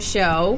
Show